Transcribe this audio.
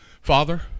father